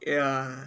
ya